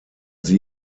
sie